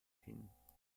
hin